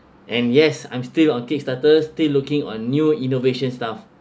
and yes I'm still on kick starters still looking on new innovation stuff